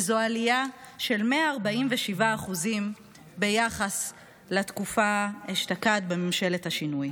וזו עלייה של 147% ביחס לתקופה אשתקד בממשלת השינוי.